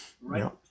right